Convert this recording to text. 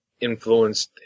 influenced